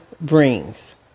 brings